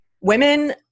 women